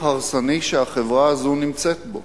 שהחברה הזאת נמצאת בו,